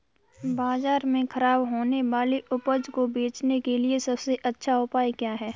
बाजार में खराब होने वाली उपज को बेचने के लिए सबसे अच्छा उपाय क्या है?